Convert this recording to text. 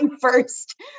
first